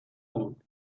بود